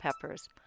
peppers